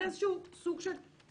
עבודה חשובה.